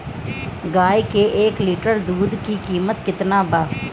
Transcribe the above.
गाय के एक लीटर दूध के कीमत केतना बा?